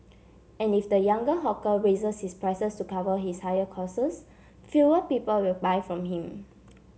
and if the younger hawker raises his prices to cover his higher costs fewer people will buy from him